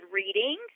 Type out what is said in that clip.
reading